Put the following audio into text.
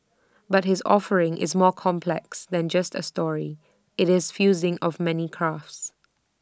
but his offering is more complex than just A story IT is fusing of many crafts